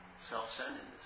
self-centeredness